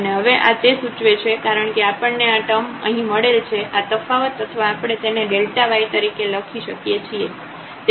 અને હવે આ તે સૂચવે છે કારણકે આપણને આ ટર્મ અહીં મળેલ છે આ તફાવત અથવા આપણે તેને y તરીકે લખી શકીએ છીએ